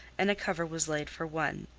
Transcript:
and a cover was laid for one,